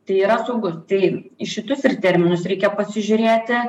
tai yra saugu tai į šitus ir terminus reikia pasižiūrėti